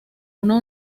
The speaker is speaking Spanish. una